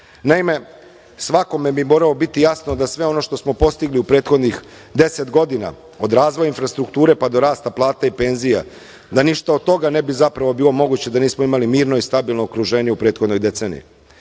svakome bi moralo biti jasno da sve ono što smo postigli u prethodnih 10 godina, od razvoja infrastrukture pa do rasta plata i penzija, da ništa od toga ne bi zapravo bilo moguće da nismo imali mirno i stabilno okruženje u prethodnoj deceniji.